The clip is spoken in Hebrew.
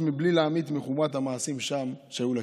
בלי להמעיט מחומרת המעשים שנעשו לכלב.